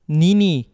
nini